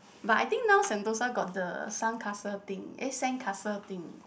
but I think now Sentosa got the sun castle thing eh sandcastle thing